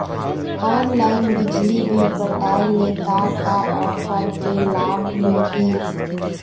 Online बिजली bill पटाय ले का का ऑफ़र के लाभ मिलही?